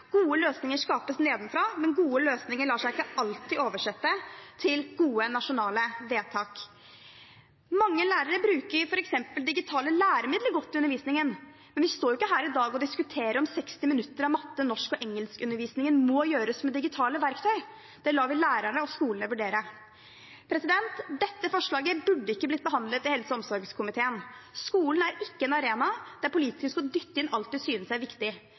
Gode løsninger skapes nedenfra, men gode løsninger lar seg ikke alltid oversette til gode nasjonale vedtak. Mange lærere bruker f.eks. digitale læremidler godt i undervisningen, men vi står jo ikke her i dag og diskuterer om 60 minutter av matte-, norsk- og engelskundervisningen må gjøres med digitale verktøy. Det lar vi lærerne og skolene vurdere. Dette forslaget burde ikke blitt behandlet i helse- og omsorgskomiteen. Skolen er ikke en arena der politikerne skal dytte inn alt de synes er viktig.